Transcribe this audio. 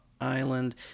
island